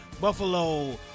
Buffalo